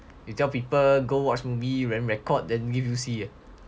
you tell people go watch movie then record then give you see